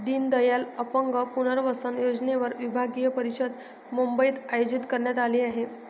दीनदयाल अपंग पुनर्वसन योजनेवर विभागीय परिषद मुंबईत आयोजित करण्यात आली आहे